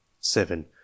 seven